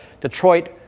Detroit